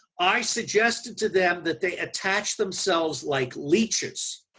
i suggested to them that they attach themselves like leeches